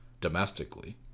domestically